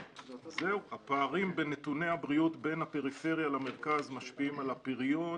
הפערים בנתוני הבריאות בין הפריפריה למרכז משפיעים על הפריון,